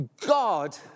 God